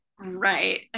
right